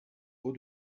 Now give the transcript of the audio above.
haut